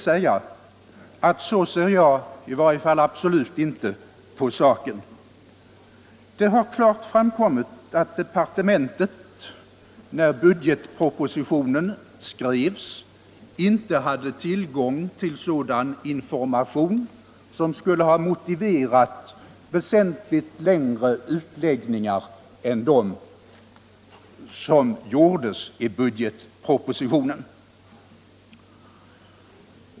Så ser i varje fall jag absolut inte på saken. Det har klart framkommit att departementet, när budgetpropositionen skrevs, inte hade tillgång till sådan information som skulle ha motiverat väsentligt längre utläggningar än de som gjordes i budgetpropositionen.